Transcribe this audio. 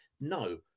no